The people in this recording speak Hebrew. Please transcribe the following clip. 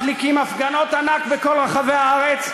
מדליקים הפגנות ענק בכל רחבי הארץ,